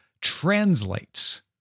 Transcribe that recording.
translates